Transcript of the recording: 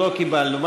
לא קיבלנו.